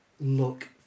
look